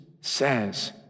says